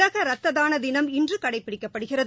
உலக ரத்ததான தினம் இன்று கடைபிடிக்கப்படுகிறது